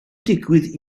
digwydd